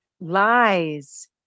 Lies